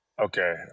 Okay